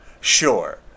Sure